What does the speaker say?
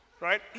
right